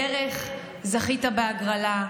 דרך "זכית בהגרלה",